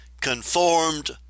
conformed